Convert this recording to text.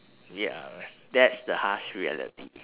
ya that's the harsh reality